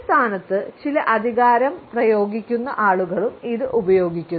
ഒരു സ്ഥാനത്ത് ചില അധികാരം പ്രയോഗിക്കുന്ന ആളുകളും ഇത് ഉപയോഗിക്കുന്നു